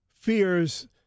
fears